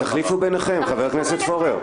אז תחליפו ביניכם, חבר הכנסת פורר.